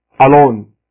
alone